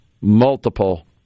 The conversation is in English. multiple